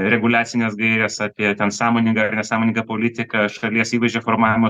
reguliacines gaires apie ten sąmoningą ar nesąmoningą politiką šalies įvaizdžio formavimus